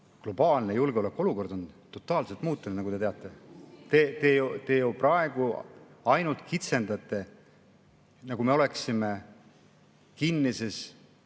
globaalne julgeolekuolukord on totaalselt muutunud, nagu te teate. Praegu te ju ainult kitsendate, nagu me elaksime kinnises